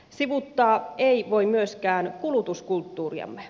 sivuuttaa ei voi myöskään kulutuskulttuuriamme